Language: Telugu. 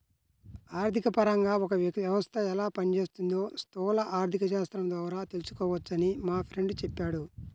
ఆర్థికపరంగా ఒక వ్యవస్థ ఎలా పనిచేస్తోందో స్థూల ఆర్థికశాస్త్రం ద్వారా తెలుసుకోవచ్చని మా ఫ్రెండు చెప్పాడు